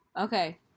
Okay